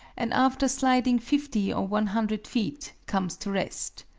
and after sliding fifty or one hundred feet, comes to rest.